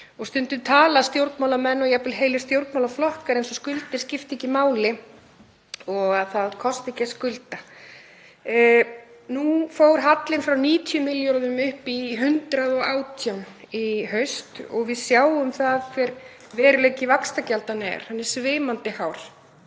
Stundum tala stjórnmálamenn og jafnvel heilir stjórnmálaflokkar eins og skuldir skipti ekki máli og að það kosti ekki að skulda. Nú fór hallinn frá 90 milljörðum upp í 118 í haust og við sjáum hver veruleiki vaxtagjaldanna er, hann er svimandi hár.